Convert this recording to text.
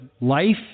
life